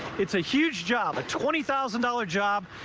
it's a huge job, a twenty thousand dollars job.